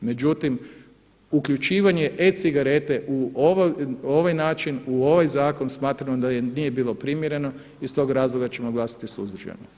Međutim, uključivanje e-cigarete u ovaj način, u ovaj zakon smatramo da nije bilo primjereno i iz tog razloga ćemo glasati suzdržano.